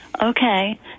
Okay